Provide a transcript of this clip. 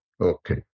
Okay